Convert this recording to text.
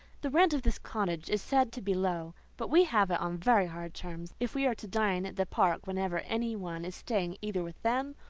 the rent of this cottage is said to be low but we have it on very hard terms, if we are to dine at the park whenever any one is staying either with them,